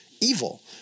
evil